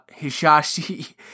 Hisashi